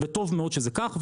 וטוב מאוד שזה כך,